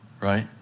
Right